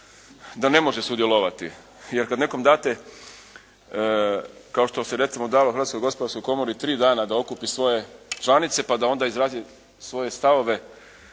da ne može sudjelovati jer kad nekom date kao što se recimo dalo Hrvatskoj gospodarskoj komori 3 dana da okupi svoje članice pa da onda izrazi svoje stavove